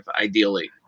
ideally